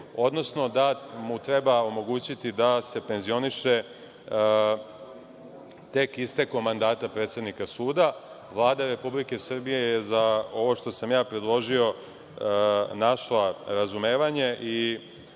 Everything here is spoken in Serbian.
odnosno da mu treba omogućiti da se penzioniše tek istekom mandata predsednika suda. Vlada Republike Srbije je za ovo što sam ja predložio našla razumevanje